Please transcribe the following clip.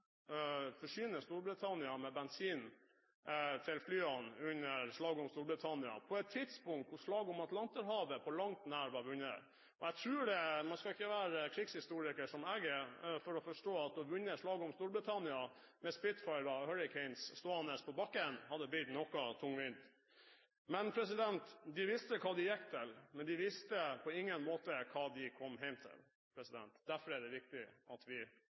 Storbritannia med bensin til flyene under slaget om Storbritannia, på et tidspunkt da slaget om Atlanterhavet på langt nær var vunnet. Man behøver ikke være krigshistoriker, som jeg er, for å forstå at å vinne slaget om Storbritannia med Spitfire- og Hurricane-fly stående på bakken, hadde blitt noe tungvint. De visste hva de gikk til, men de visste på ingen måte hva de kom hjem til. Derfor er det viktig at vi